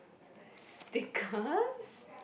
stickers